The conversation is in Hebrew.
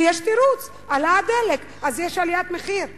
כי יש תירוץ: עליית מחיר הדלק.